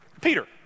Peter